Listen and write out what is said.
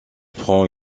prend